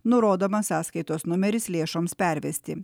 nurodomas sąskaitos numeris lėšoms pervesti